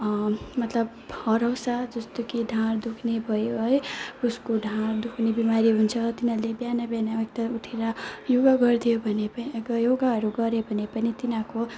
मतलब हराउँछ जस्तो कि ढाड दुख्ने भयो है उसको ढाड दुख्ने बिमारी हुन्छ तिनीहरूले बिहान बिहान उठेर योगा गरिदियो भने योगाहरू गर्यो भने पनि तिनीहरूको